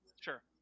Sure